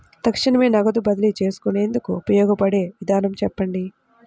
తక్షణమే నగదు బదిలీ చేసుకునేందుకు ఉపయోగపడే విధానము చెప్పండి?